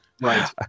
Right